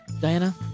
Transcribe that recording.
Diana